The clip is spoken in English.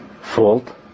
fault